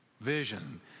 vision